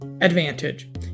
advantage